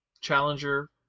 challenger